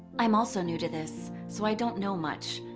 i'm also new to this, so i don't know much.